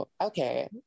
Okay